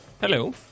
Hello